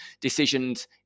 decisions